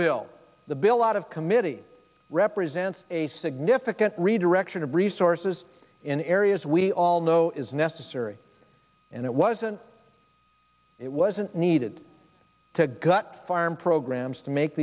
the bill out of committee represents a significant redirection of resources in areas we all know is necessary and it wasn't it wasn't needed to gut farm programs to make